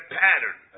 pattern